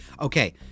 Okay